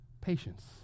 patience